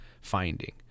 finding